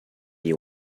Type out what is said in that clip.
you